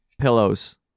pillows